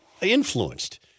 influenced